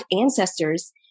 ancestors